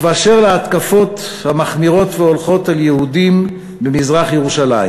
ובאשר להתקפות המחמירות והולכות על יהודים במזרח-ירושלים,